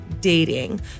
dating